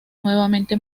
nuevamente